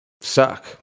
suck